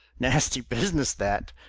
nasty business, that!